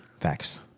Facts